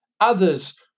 others